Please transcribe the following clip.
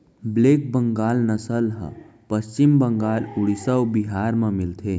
black Bengal नसल ह पस्चिम बंगाल, उड़ीसा अउ बिहार म मिलथे